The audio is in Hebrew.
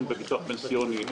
הן בביטוח פנסיוני,